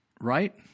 Right